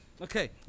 Okay